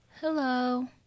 Hello